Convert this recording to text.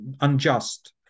unjust